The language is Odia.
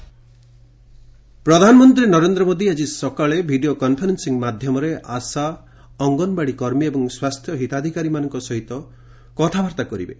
ପିଏମ୍ ପୋଷଣ ପ୍ରଧାନମନ୍ତ୍ରୀ ନରେନ୍ଦ୍ର ମୋଦି ଆଜି ସକାଳେ ଭିଡ଼ିଓ କନ୍ଫରେନ୍ସିଂ ମାଧ୍ୟମରେ ଆଶା ଓ ଅଙ୍ଗନବାଡ଼ିକର୍ମୀ ଏବଂ ସ୍ୱାସ୍ଥ୍ୟ ହିତାଧିକାରୀମାନଙ୍କ ସହିତ କଥାବାର୍ତ୍ତା କରିବେ